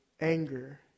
anger